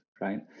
right